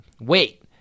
Wait